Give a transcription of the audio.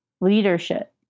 Leadership